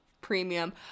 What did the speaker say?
premium